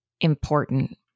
important